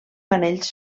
panells